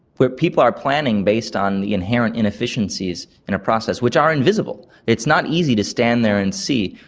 where people are planning based on the inherent inefficiencies in a process, which are invisible, it's not easy to stand there and see,